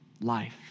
life